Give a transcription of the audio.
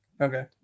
Okay